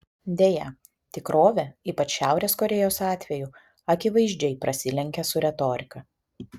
deja tikrovė ypač šiaurės korėjos atveju akivaizdžiai prasilenkia su retorika